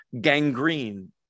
gangrene